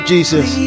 Jesus